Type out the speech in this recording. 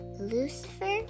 Lucifer